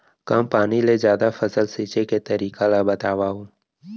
कम पानी ले जादा फसल सींचे के तरीका ला बतावव?